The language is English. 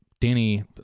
Danny